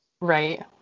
Right